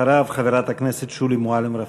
אחריו, חברת הכנסת שולי מועלם-רפאלי.